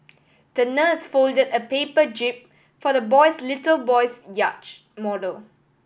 the nurse folded a paper jib for the boys little boy's yacht model